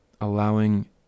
allowing